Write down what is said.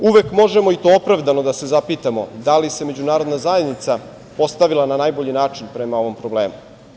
Uvek možemo, i to opravdano, da se zapitamo da li se međunarodna zajednica postavila na najbolji način prema ovom problemu?